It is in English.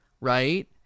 right